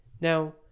Now